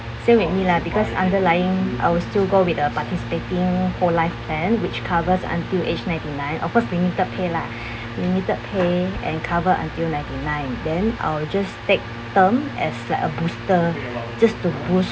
same with me lah because underlying I will still go with the participating whole life plan which covers until age ninety nine of course limited pay lah limited pay and cover until ninety nine then I will just take term as like a booster just to boost